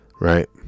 right